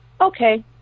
okay